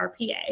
RPA